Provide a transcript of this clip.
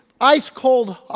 ice-cold